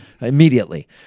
immediately